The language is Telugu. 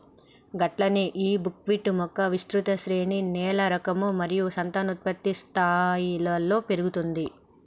గట్లనే నీ బుక్విట్ మొక్క విస్తృత శ్రేణి నేల రకాలు మరియు సంతానోత్పత్తి స్థాయిలలో పెరుగుతుంది